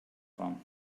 fan